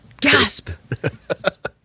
gasp